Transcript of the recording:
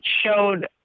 showed